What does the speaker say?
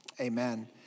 Amen